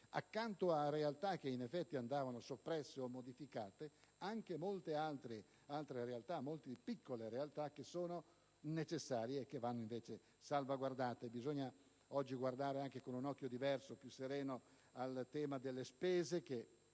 accanto a realtà che in effetti andavano soppresse o modificate, anche molte altre piccole realtà che sono necessarie e che vanno invece salvaguardate. Bisogna oggi guardare anche con un occhio diverso e più sereno al tema delle spese, che